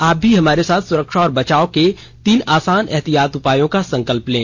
आप भी हमारे साथ सुरक्षा और बचाव के तीन आसान एहतियाती उपायों का संकल्प लें